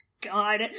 God